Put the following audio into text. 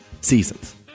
seasons